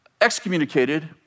excommunicated